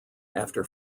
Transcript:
after